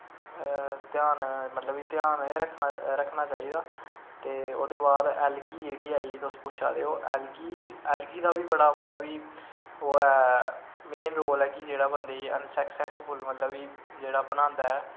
ध्यान मतलव की ध्यान एह् रक्खना चाही दा ते ओह्दे बाद ऐलगी जेह्ड़ी आई गेई तुस पुच्छा दे ओ ऐलगी दा बी बड़ा मतलब ओह् ऐ मेन रोल ऐ ऐ कि जेह्ड़ा बंदे गी अन सक्सैसफुल मतलब कि जेह्ड़ा बनांदा ऐ